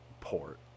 port